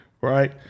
right